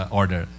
order